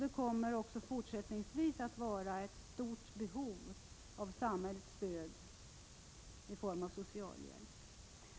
Det kommer även i fortsättningen att finnas ett stort behov av samhällets stöd i form av socialbidrag.